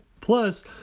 Plus